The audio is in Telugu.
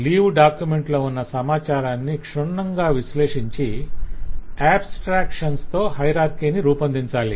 లీవ్ డాక్యుమెంట్ లో ఉన్న సమాచారాన్ని క్షుణ్ణంగా విశ్లేషించి ఆబ్స్ట్రాక్షన్స్ తో హయరార్కిని రూపొందించాలి